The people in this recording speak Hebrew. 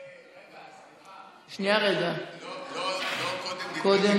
רגע, סליחה, לא קודם